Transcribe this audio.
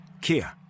Kia